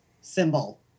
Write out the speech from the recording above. symbol